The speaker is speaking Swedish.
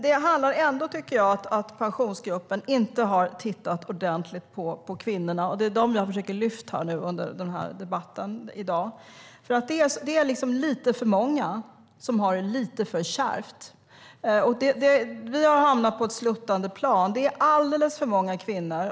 Det handlar ändå om att Pensionsgruppen inte har tittat ordentligt på kvinnorna. Det är dem jag har försökt lyfta fram under debatten här i dag. De är lite för många som har det lite för kärvt. Vi har hamnat på ett sluttande plan.